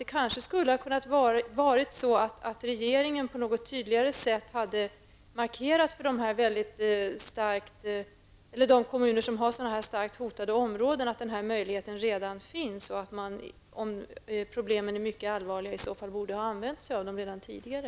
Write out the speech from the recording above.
Regeringen borde kanske på ett tydligare sätt ha markerat för de kommuner som har starkt hotade områden att denna möjlighet redan finns och att kommunerna, om problemen är mycket allvarliga, borde ha använt denna möjlighet redan tidigare.